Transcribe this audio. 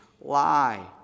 lie